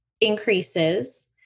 increases